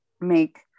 make